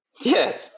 Yes